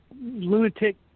lunatic